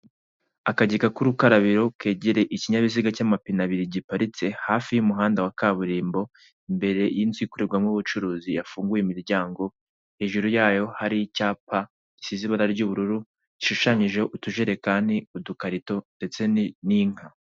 Akagega k'urukarabiro, kegereye ikinyabiziga cy'amapine abiri, giparitse hafi y'umuhanda wa kaburimbo, imbere y'inzu ikorerwamo ubucuruzi, yafunguye imiryango, hajuru yayo hari icyapa gisize ibara ry'ubururu, gishushanyijeho utujerekani, udukarito, ndetse n'inka.